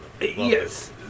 Yes